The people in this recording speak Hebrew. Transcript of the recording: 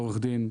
עורך הדין.